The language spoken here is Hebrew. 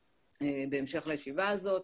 בהמשך לישיבה הזאת,